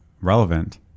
relevant